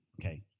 Okay